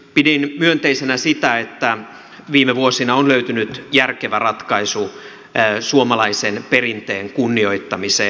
pidin myönteisenä sitä että viime vuosina on löytynyt järkevä ratkaisu suomalaisen perinteen kunnioittamiseen